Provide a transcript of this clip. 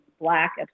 black